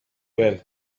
well